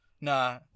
Nah